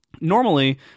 Normally